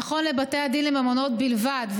אותו נכון לבתי הדין לממונות בלבד,